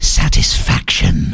satisfaction